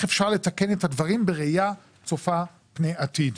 אפשר לתקן את הדברים בראייה צופה פני עתיד.